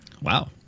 Wow